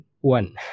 one